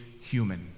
human